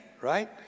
right